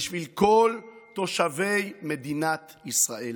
בשביל כל תושבי מדינת ישראל.